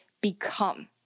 become